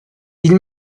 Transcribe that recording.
ils